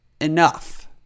enough